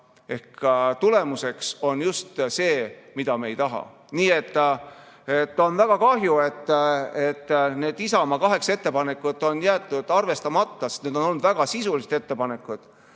jne. Tulemuseks on just see, mida me ei taha. Nii et on väga kahju, et need Isamaa kaheksa ettepanekut on jäetud arvestamata, sest need on väga sisulised ettepanekud.